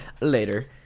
later